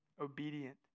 Obedient